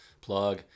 Plug